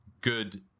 good